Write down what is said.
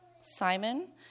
Simon